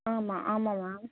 ஆமாம் ஆமாம்மா